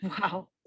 Wow